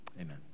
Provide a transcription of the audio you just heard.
amen